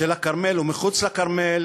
של הכרמל